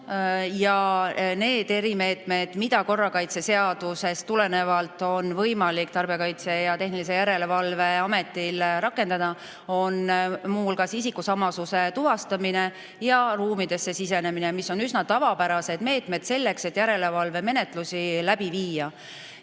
ja need erimeetmed, mida korrakaitseseadusest tulenevalt on võimalik Tarbijakaitse ja Tehnilise Järelevalve Ametil rakendada, on muu hulgas isikusamasuse tuvastamine ja ruumidesse sisenemine. Need on üsna tavapärased meetmed selleks, et järelevalvemenetlusi läbi viia.